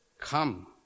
come